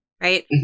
right